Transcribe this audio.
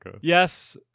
Yes